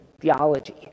theology